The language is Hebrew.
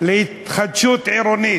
להתחדשות עירונית,